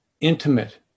intimate